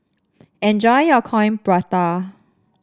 enjoy your Coin Prata